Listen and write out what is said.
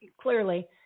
clearly